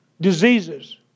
diseases